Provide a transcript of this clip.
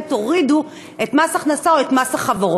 ולכן תורידו את מס ההכנסה או את מס החברות.